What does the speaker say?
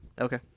Okay